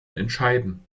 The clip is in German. entscheiden